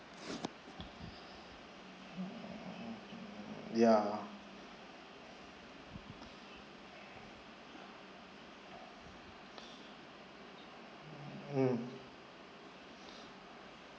ya mm